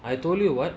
I told you [what]